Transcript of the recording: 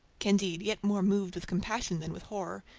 candide, yet more moved with compassion than with horror,